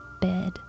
bed